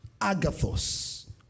Agathos